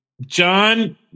John